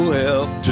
help